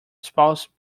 spoils